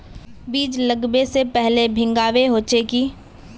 बीज लागबे से पहले भींगावे होचे की?